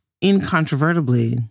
incontrovertibly